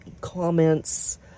comments